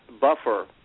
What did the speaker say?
buffer